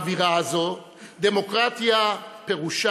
ודמוקרטיה, באווירה זאת דמוקרטיה פירושה